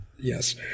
Yes